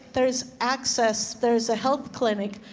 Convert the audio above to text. there's access. there's a health clinic.